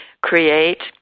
create